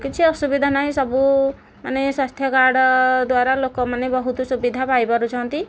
କିଛି ଅସୁବିଧା ନାହିଁ ସବୁ ମାନେ ସ୍ୱାସ୍ଥ୍ୟ କାର୍ଡ଼ ଦ୍ଵାରା ଲୋକମାନେ ବହୁତ ସୁବିଧା ପାଇପାରୁଛନ୍ତି